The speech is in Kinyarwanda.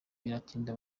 biratinda